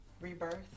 rebirth